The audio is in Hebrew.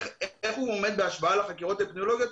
בואו נבדוק איך הוא עומד בהשוואה לחקירות אפידמיולוגיות.